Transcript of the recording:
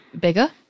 bigger